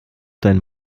deinen